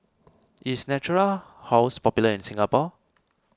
is Natura House popular in Singapore